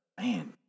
man